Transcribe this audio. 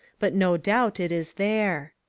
but no doubt it is there.